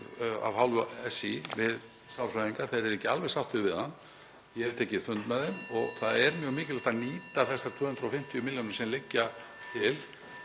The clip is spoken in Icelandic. af hálfu SÍ við sálfræðinga. Þeir eru ekki alveg sáttir við hann. Ég hef tekið fund með þeim (Forseti hringir.) og það er mjög mikilvægt að nýta þessar 250 milljónir sem liggja til